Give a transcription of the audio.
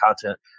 content